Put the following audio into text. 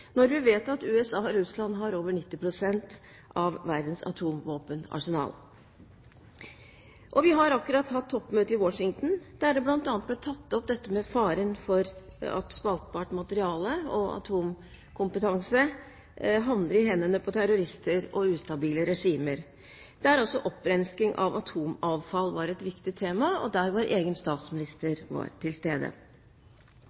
når vi vet at USA og Russland har over 90 pst. av verdens atomvåpenarsenal. Vi har akkurat hatt toppmøtet i Washington, der man bl.a. tok opp faren for at spaltbart materiale og atomkompetanse havner i hendene på terrorister og ustabile regimer, der også opprensking av atomavfall var et viktig tema, og der vår egen statsminister